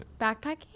Backpacking